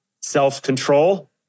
self-control